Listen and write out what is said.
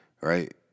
right